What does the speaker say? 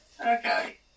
okay